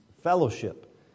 Fellowship